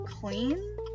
clean